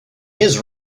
his